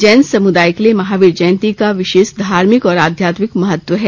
जैन समुदाय के लिए महावीर जयंती का विशेष धार्मिक और आध्यात्मिक महत्व है